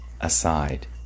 aside